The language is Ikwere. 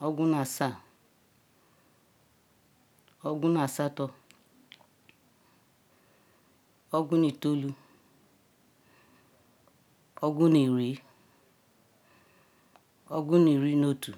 ogwu nu asa ogwu nu asato ogwu nu etolu ogwu nu rie ogwu nu rie notu